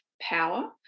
power